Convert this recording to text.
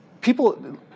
people